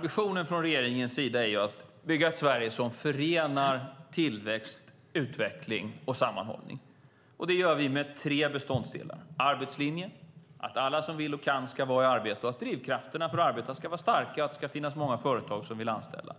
Fru talman! Regeringens ambition är att bygga ett Sverige som förenar tillväxt, utveckling och sammanhållning. Det gör vi med tre beståndsdelar. Det gör vi med arbetslinjen, det vill säga att alla som vill och kan ska vara i arbete och att drivkrafterna för att arbeta ska vara starka och att det ska finnas många företag som vill anställa.